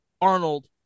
Arnold